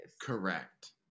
Correct